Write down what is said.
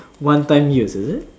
one time use is it